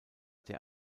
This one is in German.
der